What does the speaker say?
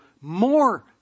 more